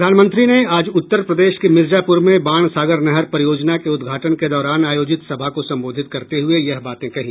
प्रधानमंत्री ने आज उत्तर प्रदेश के मिर्जापुर में बाणसागर नहर परियोजना के उद्घाटन के दौरान आयोजित सभा को संबोधित करते हुए यह बातें कहीं